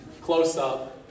close-up